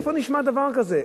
איפה נשמע דבר כזה?